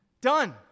Done